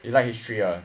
you like history ah